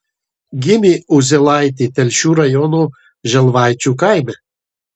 gimė uzėlaitė telšių rajono želvaičių kaime